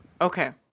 Okay